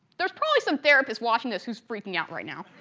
there's probably some therapist watching this who's freaking out right now.